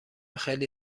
خیلی